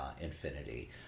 Infinity